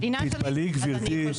תתפלאי גבירתי,